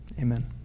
Amen